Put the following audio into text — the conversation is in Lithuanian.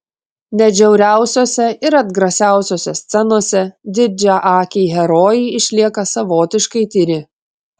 net žiauriausiose ir atgrasiausiose scenose didžiaakiai herojai išlieka savotiškai tyri